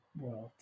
world